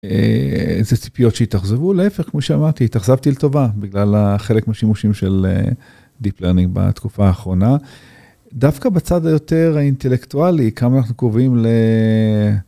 איזה ציפיות שהתאכזבו להפך כמו שאמרתי התאכזבתי לטובה בגלל החלק מהשימושים של Deep Learning בתקופה האחרונה. דווקא בצד היותר האינטלקטואלי כמה אנחנו קרובים.